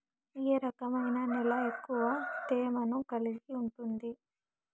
ఏ రకమైన నేల ఎక్కువ తేమను కలిగి ఉంటుంది?